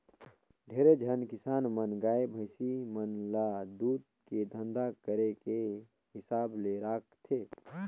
ढेरे झन किसान मन गाय, भइसी मन ल दूद के धंधा करे के हिसाब ले राखथे